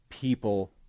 People